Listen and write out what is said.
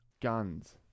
Guns